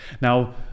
Now